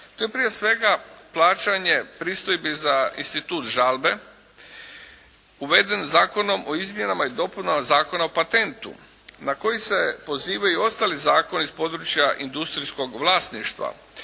Tu je prije svega plaćanje pristojbi za institut žalbe uveden Zakonom o izmjenama i dopunama Zakona o patentu na koji se pozivaju ostali zakoni iz područja industrijskog vlasništva